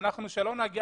שלא נגיע